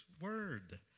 Word